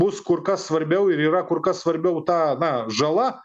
bus kur kas svarbiau ir yra kur kas svarbiau ta na žala